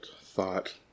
thought